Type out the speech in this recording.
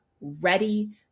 ready